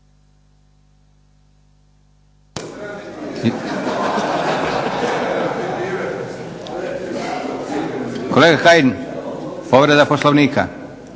Kolega Kajin, povreda Poslovnika.